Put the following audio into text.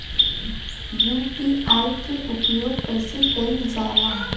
UPI के उपयोग कइसे कइल जाला?